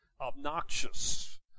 obnoxious